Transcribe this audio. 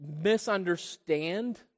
misunderstand